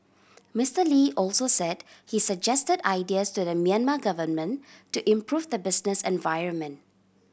Mister Lee also said he suggested ideas to the Myanmar government to improve the business environment